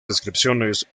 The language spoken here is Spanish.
descripciones